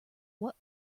what